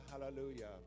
hallelujah